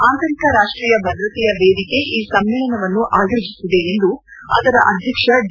ಆಂತರಿಕ ರಾಷ್ಷೀಯ ಭದ್ರತೆಯ ವೇದಿಕೆ ಈ ಸಮ್ಮೇಳನವನ್ನು ಆಯೋಜಿಸಿದೆ ಎಂದು ಅದರ ಅಧ್ಯಕ್ಷ ಡಿ